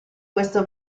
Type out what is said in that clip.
questo